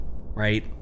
right